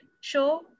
show